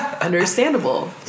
Understandable